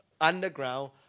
underground